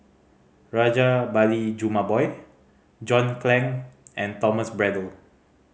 Rajabali Jumabhoy John Clang and Thomas Braddell